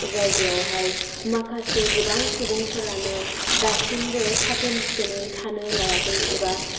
जायगायाव हाय माखासे गोबां सुबुंफोरानो दासिमबो साखोन सिखोनै थानो लायाखै एबा